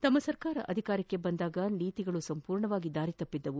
ತಮ್ಮ ಸರ್ಕಾರ ಅಧಿಕಾರಕ್ಷೆ ಬಂದಾಗ ನೀತಿಗಳು ಸಂಪೂರ್ಣವಾಗಿ ದಾರಿತಪ್ಪಿದ್ದವು